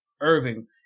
Irving